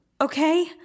Okay